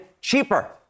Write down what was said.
cheaper